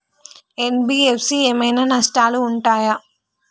NBFC ఏమైనా నష్టాలు ఉంటయా?